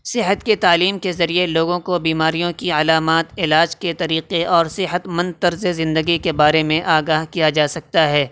صحت کے تعلیم کے ذریعے لوگوں کو بیماریوں کی علامات علاج کے طریقے اور صحتمند طرز زندگی کے بارے میں آگاہ کیا جا سکتا ہے